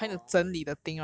!wah! I want I want I want